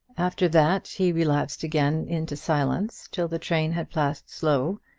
after that he relapsed again into silence till the train had passed slough,